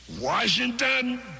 washington